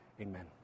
Amen